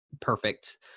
perfect